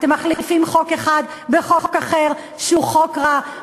אתם מחליפים חוק אחד בחוק אחר, שהוא חוק רע.